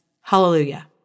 Hallelujah